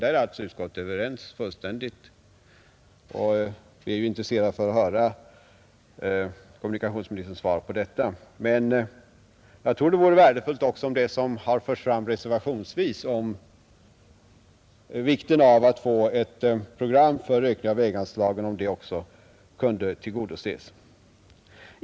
Därom är alltså utskottet fullständigt enigt, och vi är intresserade av att höra kommunikationsministerns svar på detta. Men jag tror att det vore värdefullt att också de synpunkter som reservationsvis förts fram om vikten av att få ett program för ökning av väganslagen kunde tillgodoses.